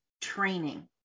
training